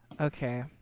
Okay